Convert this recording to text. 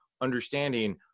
understanding